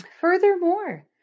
Furthermore